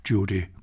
Judy